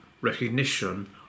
recognition